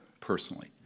personally